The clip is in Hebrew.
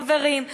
חברים.